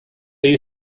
you